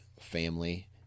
family